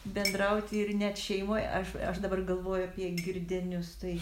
bendrauti ir net šeimoj aš aš dabar galvoju apie girdienius tai